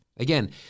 Again